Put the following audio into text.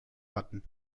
hatten